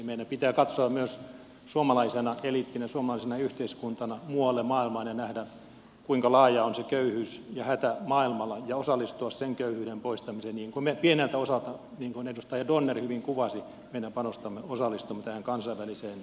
meidän pitää katsoa myös suomalaisena eliittinä suomalaisena yhteiskuntana muualle maailmaan ja nähdä kuinka laajaa on se köyhyys ja hätä maailmalla ja osallistua sen köyhyyden poistamiseen niin kuin me pieneltä osalta niin kuin edustaja donner hyvin kuvasi meidän panostamme osallistumme tähän kansainväliseen auttamiseen